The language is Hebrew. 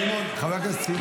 איך קלנר מצביע נגד?